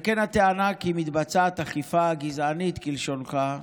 על כן, הטענה כי מתבצעת אכיפה גזענית, כלשונך,